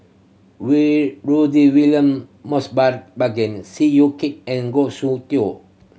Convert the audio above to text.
Rudy William Mosbergen Seow Yit Kin and Goh Soon Tioe